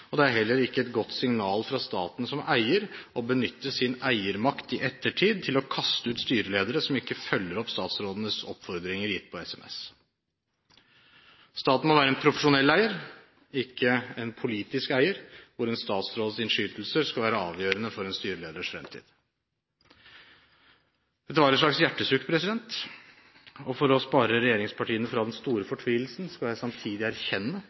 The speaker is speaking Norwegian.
og det er heller ikke et godt signal fra staten som eier å benytte sin eiermakt i ettertid til å kaste ut styreledere som ikke følger opp statsrådenes oppfordringer gitt på SMS. Staten må være en profesjonell eier, ikke en politisk eier hvor en statsråds innskytelser skal være avgjørende for en styreleders fremtid. Dette var et slags hjertesukk, og for å spare regjeringspartiene for den store fortvilelsen skal jeg samtidig erkjenne